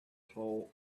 tall